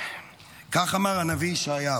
כך אמר הנביא ישעיהו: